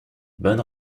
bonne